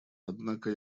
однако